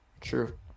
true